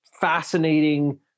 fascinating